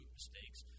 mistakes